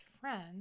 friends